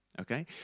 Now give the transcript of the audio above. Okay